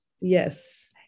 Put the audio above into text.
Yes